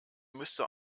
müsste